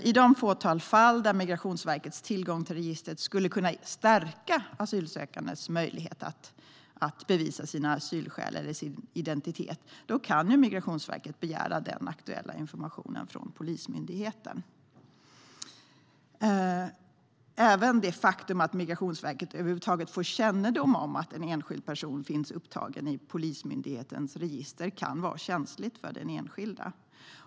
I det fåtal fall där Migrationsverkets tillgång till registret skulle kunna stärka asylsökandes möjlighet att bevisa sina asylskäl eller sin identitet kan Migrationsverket begära den aktuella informationen från Polismyndigheten. Även det faktum att Migrationsverket över huvud taget får kännedom om att en enskild person finns upptagen i Polismyndighetens register kan vara känsligt för den enskilda.